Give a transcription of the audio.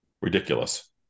ridiculous